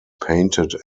painted